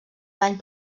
dany